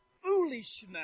foolishness